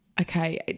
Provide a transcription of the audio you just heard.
okay